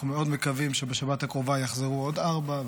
אנחנו מאוד מקווים שבשבת הקרובה יחזרו עוד ארבע,